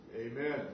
Amen